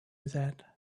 that